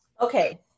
Okay